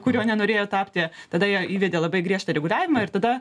kurio nenorėjo tapti tada jie įvedė labai griežtą reguliavimą ir tada